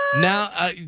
Now